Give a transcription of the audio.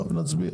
טוב, נצביע.